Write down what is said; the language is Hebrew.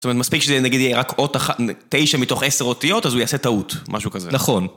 זאת אומרת מספיק שזה נגיד יהיה רק אות אחת נגיד תשע מתוך עשר אותיות, אז הוא יעשה טעות, משהו כזה. נכון.